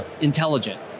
intelligent